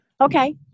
Okay